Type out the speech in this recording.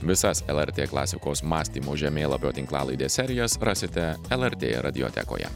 visas lrt klasikos mąstymo žemėlapio tinklalaidės serijas rasite lrt radiotekoje